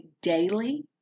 daily